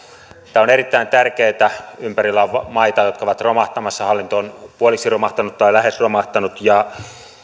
tämä on erittäin tärkeätä ympärillä on maita jotka ovat romahtamassa hallinto on puoliksi romahtanut tai lähes romahtanut ja